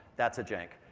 that's a jank.